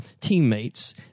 teammates